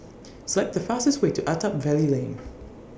Select The fastest Way to Attap Valley Lane